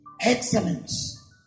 excellence